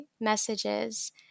messages